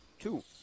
two